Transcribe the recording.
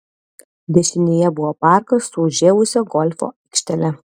dešinėje buvo parkas su užžėlusia golfo aikštele